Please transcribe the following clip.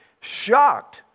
shocked